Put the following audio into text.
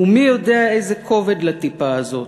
"ומי יודע איזה כובד לטיפה הזאת.